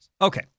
Okay